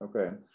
okay